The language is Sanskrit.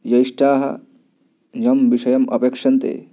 जेष्ठाः यं विषयम् अपेक्षन्ते